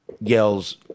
yells